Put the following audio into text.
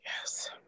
Yes